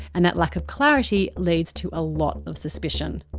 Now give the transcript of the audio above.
and that lack of clarity leads to a lot of suspicion.